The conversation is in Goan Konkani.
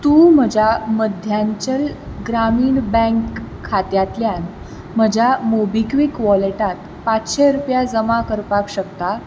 तूं म्हज्या मध्यांचल ग्रामीण बँक खात्यांतल्यान म्हज्या मोबिक्विक वॉलेटांत पांचशे रुपया जमा करपाक शकता